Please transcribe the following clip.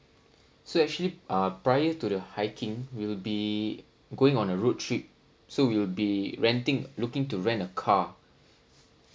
so actually uh prior to the hiking we'll be going on a road trip so we'll be renting looking to rent a car